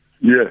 Yes